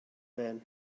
man